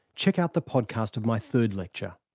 check out the podcast of my third lecture.